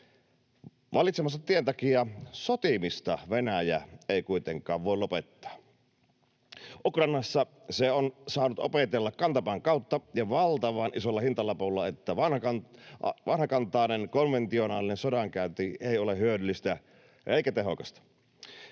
Valitsemansa tien takia sotimista Venäjä ei kuitenkaan voi lopettaa. Ukrainassa se on saanut opetella kantapään kautta ja valtavan isolla hintalapulla, että vanhakantainen, konventionaalinen sodankäynti ei ole hyödyllistä eikä tehokasta.